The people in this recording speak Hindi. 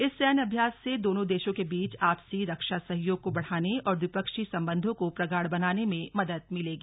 इस सैन्य अभ्यास से दोनों देशों के बीच आपसी रक्षा सहयोग को बढ़ाने और द्विपक्षीय संबंधों को प्रगाढ बनाने में मदद मिलेगी